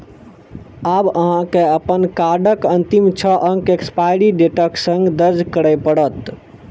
आब अहां के अपन कार्डक अंतिम छह अंक एक्सपायरी डेटक संग दर्ज करय पड़त